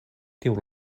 tiu